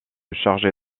chargé